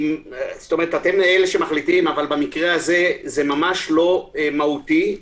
אתם אלה שמחליטים אבל במקרה הזה זה ממש לא מהותי.